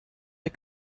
der